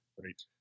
great